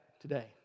today